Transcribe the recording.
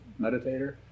meditator